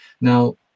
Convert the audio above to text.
Now